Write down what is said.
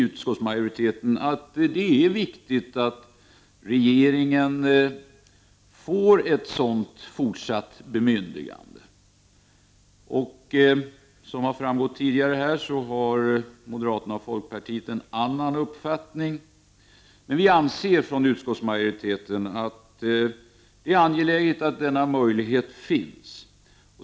Utskottsmajoriteten anser att det är viktigt att regeringen får ett sådant fortsatt bemyndigande. Som har framgått tidigare här, har moderaterna och folkpartiet en annan uppfattning, men vi anser i utskottsmajoriteten att det är angeläget att denna möjlighet finns.